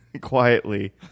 Quietly